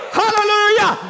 hallelujah